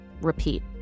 repeat